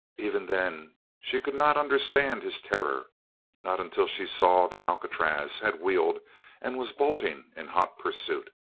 even then she could not understand his terror not until she saw that alcatraz had wheeled and was bolting in hot pursuit.